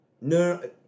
No